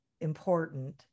important